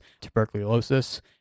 tuberculosis